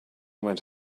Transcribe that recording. went